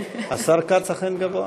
כן, השר כץ אכן גבוה.